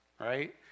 right